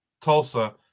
Tulsa